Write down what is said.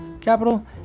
capital